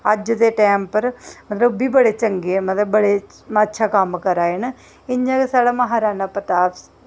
अज्ज दे टैम पर मतलब ओह् बी बड़े चंगे न मतलब बड़े अच्छा कम्म करा दे न इ'यां गै साढ़ा महाराणा प्रताप